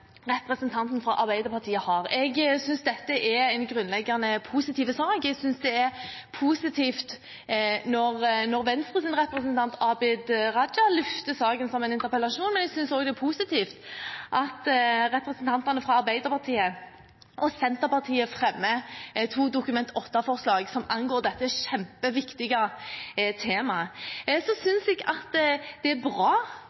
representanten fra Arbeiderpartiet har. Jeg synes dette er en grunnleggende positiv sak. Jeg synes det er positivt når Venstres representant, Abid Q. Raja, løfter saken som en interpellasjon. Jeg synes også det er positivt at representantene fra Arbeiderpartiet og Senterpartiet fremmer to Dokument 8-forslag som angår dette kjempeviktige temaet. Ellers synes jeg det er bra